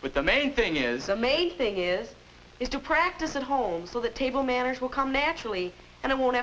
but the main thing is the main thing is is to practice at home so the table manners will come naturally and i won't